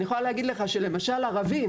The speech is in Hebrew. אני יכולה להגיד לך שלמשל ערבים,